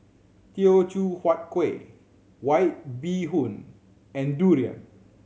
Teochew Huat Kuih White Bee Hoon and durian